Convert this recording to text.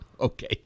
Okay